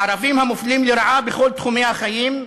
הערבים מופלים לרעה בכל תחומי החיים,